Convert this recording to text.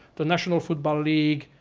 the national football league,